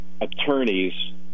attorneys